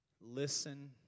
listen